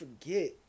forget